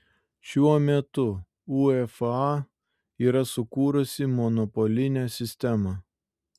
šiuo metu uefa yra sukūrusi monopolinę sistemą